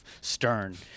stern